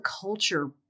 culture